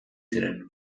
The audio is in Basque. ziren